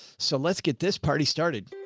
so let's get this party started